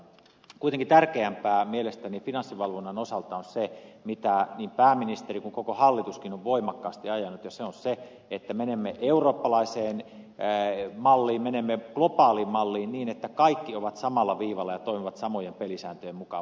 kuitenkin tärkeämpää mielestäni finanssivalvonnan osalta on se mitä niin pääministeri kuin koko hallituskin on voimakkaasti ajanut ja se on se että menemme eurooppalaiseen malliin menemme globaaliin malliin niin että kaikki ovat samalla viivalla ja toimivat samojen pelisääntöjen mukaan valvonnassa